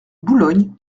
boulogne